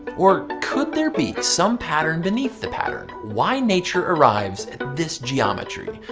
or could there be some pattern beneath the pattern, why nature arrives at this geometry?